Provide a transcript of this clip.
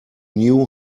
new